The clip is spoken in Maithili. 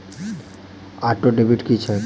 ऑटोडेबिट की छैक?